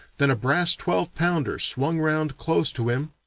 then a brass twelve-pounder swung round close to him,